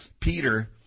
Peter